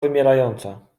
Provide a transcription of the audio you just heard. wymierająca